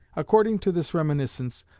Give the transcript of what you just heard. according to this reminiscence,